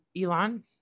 Elon